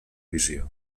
visió